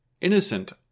Innocent